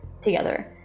together